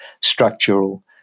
structural